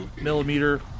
millimeter